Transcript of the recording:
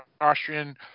Austrian